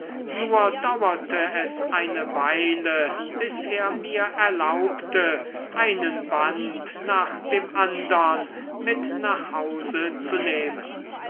nur dauerte es eine weile bis er mir erlaubte einen band nach dem andern mit nach hause zu nehmen